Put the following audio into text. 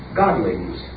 godlings